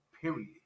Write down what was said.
Period